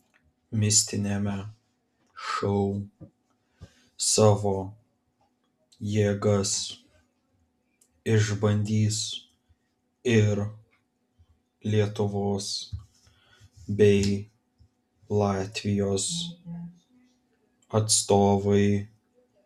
mistiniame šou savo jėgas išbandys ir lietuvos bei latvijos atstovai